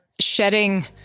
shedding